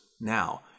now